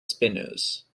spinners